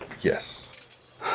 Yes